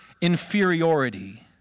inferiority